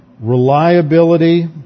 reliability